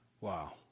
Wow